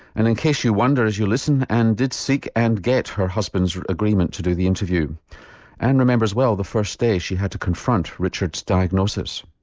and in case you wonder as you listen, ann and did seek and get her husband's agreement to do the interview ann remembers well the first day she had to confront richard's diagnosis.